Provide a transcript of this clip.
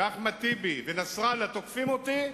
ואחמד טיבי ונסראללה תוקפים אותי,